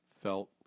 felt